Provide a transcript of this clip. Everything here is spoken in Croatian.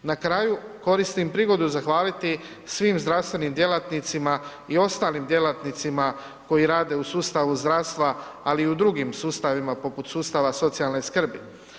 Na kraju koristim prigodu zahvaliti svim zdravstvenim djelatnicima i ostalim djelatnicima koji rade u sustavu zdravstva, ali i u drugim sustavima poput sustava socijalne skrbi.